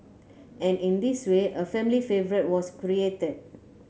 and in this way a family favourite was created